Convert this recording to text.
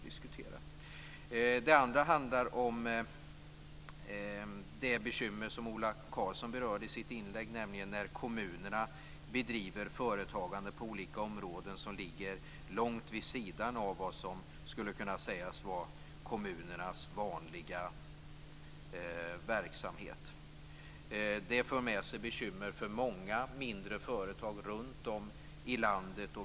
Den andra saken handlar om det bekymmer som Ola Karlsson berörde i sitt inlägg, nämligen när kommunerna bedriver företagande på olika områden som ligger långt vid sidan av vad som skulle kunna sägas vara kommunernas vanliga verksamhet. Det för med sig bekymmer för många mindre företag runt om i landet.